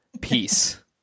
peace